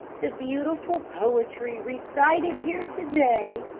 the beautiful poetry recited here to-day,